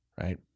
Right